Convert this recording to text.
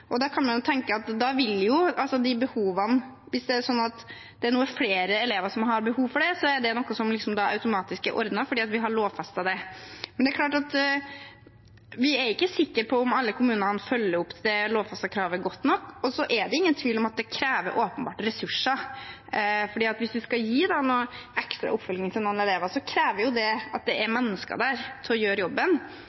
Da kan man tenke at hvis det nå er flere elever som har behov for det, er det noe som liksom automatisk er ordnet fordi vi har lovfestet det. Men det er klart at vi er ikke sikre på om alle kommunene følger opp det lovfestede kravet godt nok, og det er ingen tvil om at det åpenbart krever ressurser. For hvis man skal gi ekstra oppfølging til noen elever, krever det at det er mennesker der til å gjøre jobben. At det også finnes mennesker som har den kompetansen vi trenger, er